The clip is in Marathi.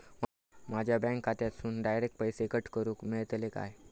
माझ्या बँक खात्यासून डायरेक्ट पैसे कट करूक मेलतले काय?